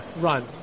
Run